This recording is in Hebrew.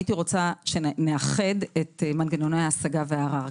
הייתי רוצה שנאחד את מנגנוני ההשגה והערר.